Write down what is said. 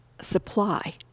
supply